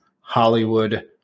Hollywood